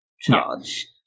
charge